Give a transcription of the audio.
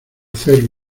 hacer